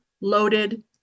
loaded